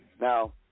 Now